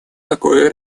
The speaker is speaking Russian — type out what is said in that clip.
такое